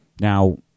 Now